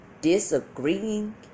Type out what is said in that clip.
Disagreeing